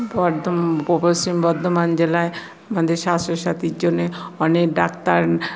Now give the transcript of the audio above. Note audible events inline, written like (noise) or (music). (unintelligible) পশ্চিম বর্ধমান জেলায় আমাদের স্বাস্থ্যসাথীর জন্যে অনেক ডাক্তার